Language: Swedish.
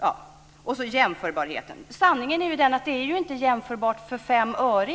När det gäller jämförbarheten är ju sanningen att det i dag inte är jämförbart för fem öre.